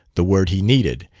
the word he needed,